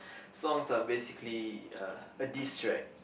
songs are basically uh a diss track